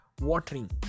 watering